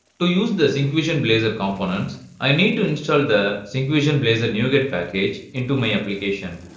to use the syncfusion blazor components i need to install the syncfusion blazor nuget package into my application.